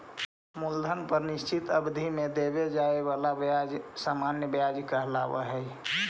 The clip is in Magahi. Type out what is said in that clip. मूलधन पर निश्चित अवधि में देवे जाए वाला ब्याज सामान्य व्याज कहलावऽ हई